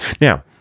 Now